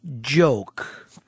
joke